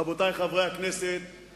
רבותי חברי הכנסת,